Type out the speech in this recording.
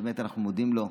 באמת אנחנו מודים לו,